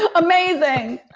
ah amazing